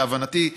להבנתי,